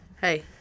Hey